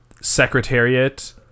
Secretariat